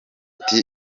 ati